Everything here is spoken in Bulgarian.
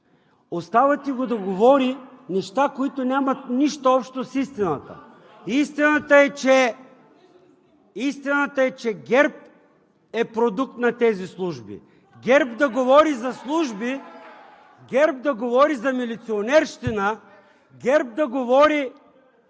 Оставяте го да говори неща, които нямат нищо общо с истината. Истината е, че ГЕРБ е продукт на тези служби. ГЕРБ да говори за служби (шум и реплики от ГЕРБ), ГЕРБ да говори за милиционерщина, ГЕРБ да говори